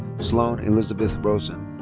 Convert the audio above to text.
sloane elizabeth rosin.